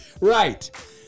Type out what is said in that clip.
right